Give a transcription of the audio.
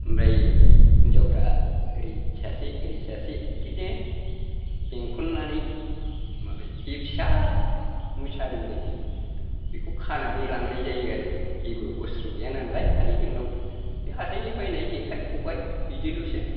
ओमफ्राय हिनजावफ्रा ओरै सासे ओरै सासे बिदिनो बेंखननानै मालाय जे फिसा मुसारिबायदि बेखौ खानानै लांनाय जायो आरो जों जेबो अस्थ्र' गैयानालाय खालि जोंनाव बे हाथायनि बायनाय जेखाइ खबाइ बिदिलसो